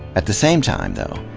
at the same time, though,